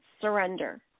surrender